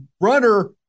runner